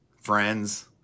friends